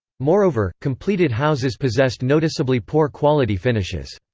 moreover, completed houses possessed noticeably poor quality finishes.